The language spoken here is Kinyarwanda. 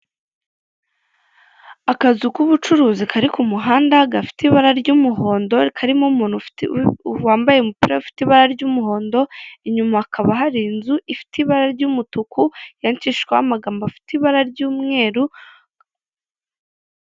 Akazu k'ubucuruzi kari ku muhanda. Gafit' ibara ry'umuhondo, karimo umuntu wambaye umupir' ufite ibara ry'umuhondo, inyuma hakaba har' inzu ifit' ibara ry'umutuku, yandikishijeho amagambo ,afit' ibara ry'umweru,